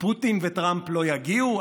פוטין וטראמפ לא יגיעו?